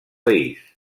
país